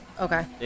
Okay